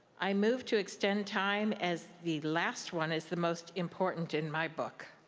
i move to extend time as the last one is the most important, in my book.